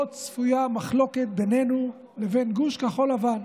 צפויה מחלוקת בינינו לבין גוש כחול לבן.